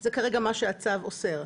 זה כרגע מה שהצו אוסר.